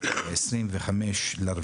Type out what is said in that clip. ב-25.4